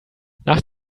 nach